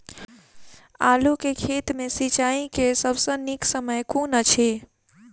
आलु केँ खेत मे सिंचाई केँ सबसँ नीक समय कुन अछि?